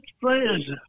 players